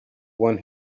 one